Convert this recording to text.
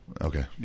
okay